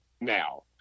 now